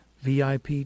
VIP